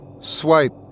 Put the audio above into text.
Swipe